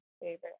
favorite